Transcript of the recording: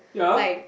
like